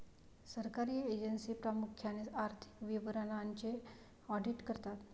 सरकारी एजन्सी प्रामुख्याने आर्थिक विवरणांचे ऑडिट करतात